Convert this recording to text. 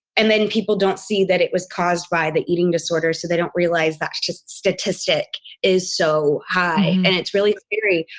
and then people don't see that it was caused by the eating disorder. so they don't realize that the statistic is so high and it's really scary.